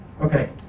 Okay